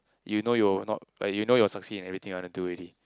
you know you will not like you know you will succeed in everything you wanna do already